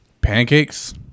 Pancakes